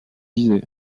visé